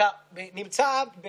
בשנה הבאה אתה מקבל 200